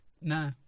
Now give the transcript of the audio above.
no